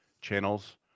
channels